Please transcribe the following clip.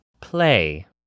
play